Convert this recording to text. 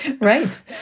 Right